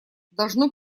должно